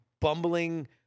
bumbling